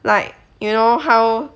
like you know how